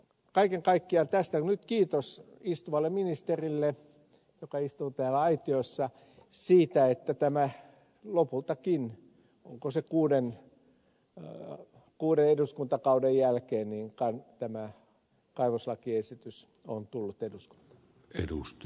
kaiken kaikkiaan nyt kiitos istuvalle ministerille joka istuu täällä aitiossa siitä että lopultakin onko se kuuden eduskuntakauden jälkeen tämä kaivoslakiesitys on tullut eduskuntaan